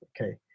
okay